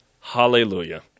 Hallelujah